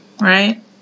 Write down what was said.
right